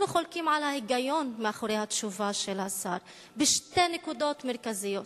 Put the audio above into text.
אנחנו חולקים על ההיגיון מאחורי התשובה של השר בשתי נקודות מרכזיות: